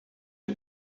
die